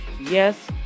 yes